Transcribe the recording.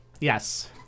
Yes